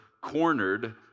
cornered